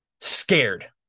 scared